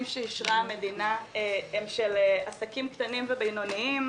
שאישרה המדינה הם של עסקים קטנים ובינוניים?